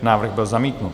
Návrh byl zamítnut.